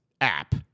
app